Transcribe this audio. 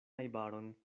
najbaron